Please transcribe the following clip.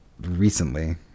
recently